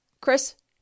Chris